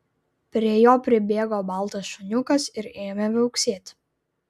prie jo pribėgo baltas šuniukas ir ėmė viauksėti